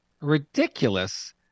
ridiculous